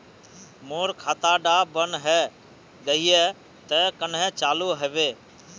मोर खाता डा बन है गहिये ते कन्हे चालू हैबे?